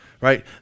right